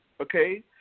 okay